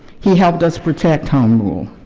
he helped us protect home rule.